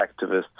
activists